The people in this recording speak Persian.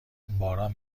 باران